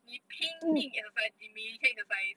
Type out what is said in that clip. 你拼命 exercise 你每天 exercise